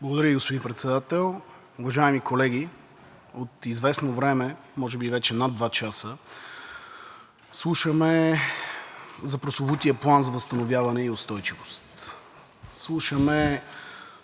Благодаря Ви, господин Председател. Уважаеми колеги, от известно време, може би вече над два часа, слушаме за прословутия План за възстановяване и устойчивост, слушаме